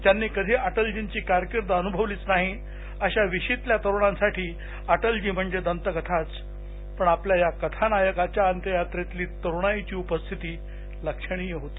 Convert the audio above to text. ज्यांनी कधी अटलजींची कारकीर्द अनुभवलीच नाही अशा विशीतल्या तरुणांसाठी अटलजी म्हणजे दंतकथाच पण आपल्या या कथानायकाच्या अंत्ययात्रेतली तरुणाईची उपस्थिती लक्षणीय होती